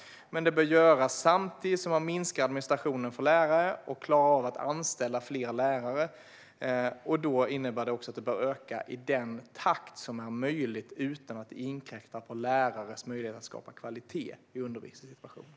Men det bör göras samtidigt som man minskar administrationen för lärare och klarar av att anställa fler lärare. Det innebär också att antalet timmar bör öka i den takt som är möjlig utan att inkräkta på lärares möjligheter att skapa kvalitet i undervisningssituationen.